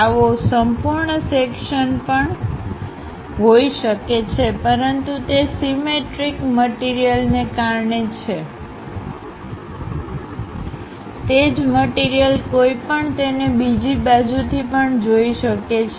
આવો સંપૂર્ણ સેક્શનપણ હોઇ શકે છેપરંતુ તે સિમેટ્રીક મટીરીયલને કારણે છે તે જ મટીરીયલકોઇપણ તેને બીજી બાજુથી પણ જોઇ શકે છે